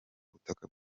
butaka